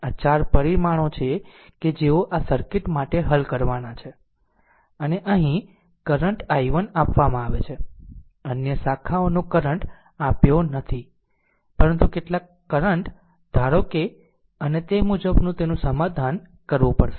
આ 4 પરિમાણો છે કે જેઓ આ સર્કિટ માટે હલ કરવાના છે અને અહીં કરંટ i1 આપવામાં આવે છે અન્ય શાખાઓનો કરંટ આપ્યો નથી પરંતુ કેટલાક કરંટ ધારો અને તે મુજબ તેનું સમાધાન કરવું પડશે